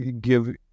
give